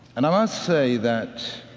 and i must say that